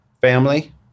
Family